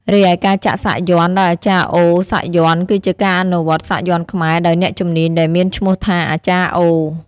រីឯការចាក់សាក់យ័ន្តដោយ អាចារ្យអូ សាក់យ័ន្ត គឺជាការអនុវត្តន៍សាក់យ័ន្តខ្មែរដោយអ្នកជំនាញដែលមានឈ្មោះថា អាចារ្យអូ។